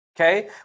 Okay